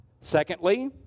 Secondly